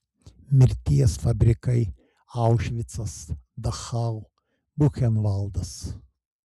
mirties fabrikai aušvicas dachau buchenvaldas